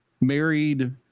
married